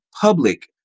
public